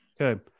Okay